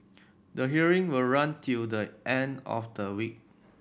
the hearing will run till the end of the week